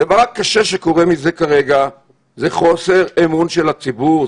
הדבר הקשה שקורה מזה כרגע הוא חוסר אמון של הציבור.